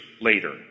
later